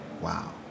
Wow